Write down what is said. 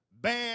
Bad